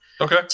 Okay